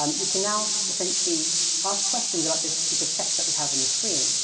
um we can now essentially ask questions about this piece of text that we have on the screen.